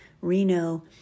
Reno